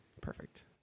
Perfect